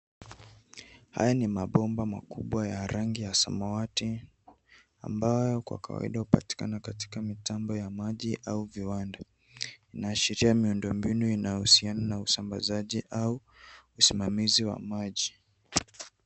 Haya ni mabomba makubwa ya rangi ya samawati ambayo kwa kawaida hupatikana katika mitambo ya maji au viwanda. Inaashiria miundombinu inayohusiana na usambazaji au usimamizi wa maji.